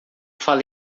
fala